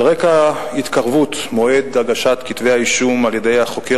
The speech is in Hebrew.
על רקע התקרבות מועד הגשת כתבי האישום על-ידי החוקר